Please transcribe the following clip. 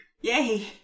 Yay